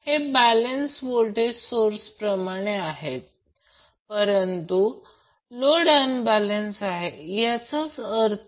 तर मुळात ते लाइन टू लाइन व्होल्टेज असेल म्हणून जेव्हाही हे असेल तेव्हा टू वॅटमीटर पद्धत वापरत जा